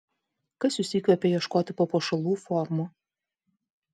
kas jus įkvepia ieškoti papuošalų formų